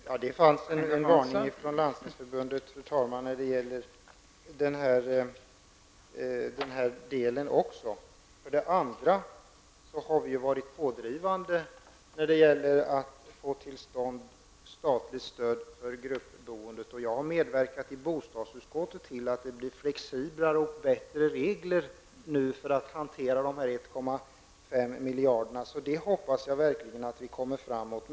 Fru talman! Det fanns en varning från Landstingsförbundet även när det gäller den här delen. Vi har varit pådrivande när det gäller att få till stånd statligt stöd för gruppboende. Jag har i bostadsutskottet medverkat till att reglerna blir flexiblare och bättre när det gäller att hantera dessa 1,5 miljarder. Jag hoppas verkligen att vi kommer framåt.